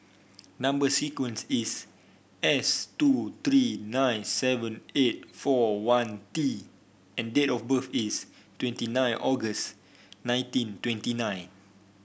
number sequence is S two three nine seven eight four one T and date of birth is twenty nine August nineteen twenty nine